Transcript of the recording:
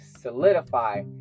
solidify